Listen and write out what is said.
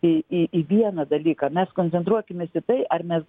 į į į vieną dalyką mes koncentruokimės į tai ar mes